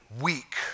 weak